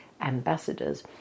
Ambassadors